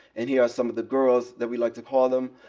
and here are some of the girls, that we like to call them,